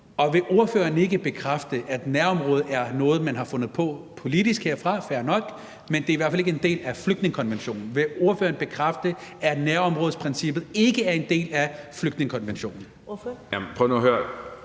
Og vil ordføreren ikke bekræfte, at nærområde er noget, man har fundet på politisk herfra, fair nok, men at det i hvert fald ikke er en del af flygtningekonventionen? Vil ordføreren bekræfte, at nærområdeprincippet ikke er en del af flygtningekonventionen?